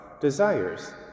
desires